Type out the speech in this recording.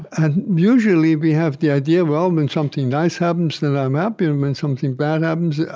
and usually, we have the idea, well, when something nice happens, then i'm happy. and when something bad happens,